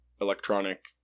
electronic